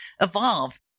evolve